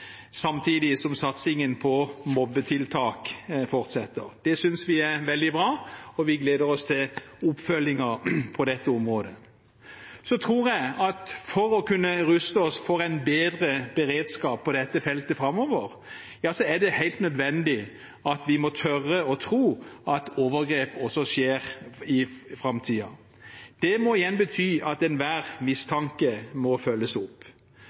samtidig som satsingen på mobbetiltak fortsetter. Det synes vi er veldig bra, og vi gleder oss til oppfølgingen på dette området. Jeg tror at for å kunne ruste oss for en bedre beredskap på dette feltet framover, er det helt nødvendig at vi må tørre og tro at overgrep også vil skje i framtiden. Det må igjen bety at enhver mistanke må følges opp.